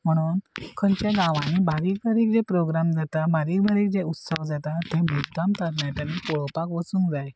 म्हणून खंयच्या गांवांनी बारीक बारीक जे प्रोग्राम जाता बारीक बारीक जे उत्सव जाता तें तरणाट्यांनी पळोवपाक वचूंक जाय